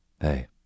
Hey